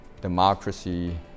democracy